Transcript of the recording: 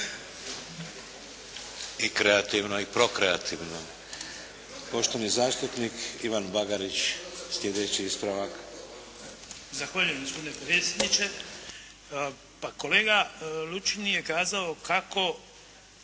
I kreativno i prokreativno. Poštovani zastupnik Ivan Bagarić sljedeći ispravak. **Bagarić, Ivan (HDZ)** Zahvaljujem gospodine predsjedniče. Pa kolega Lučin je kazao kako